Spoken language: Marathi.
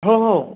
हो हो